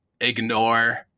ignore